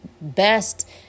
best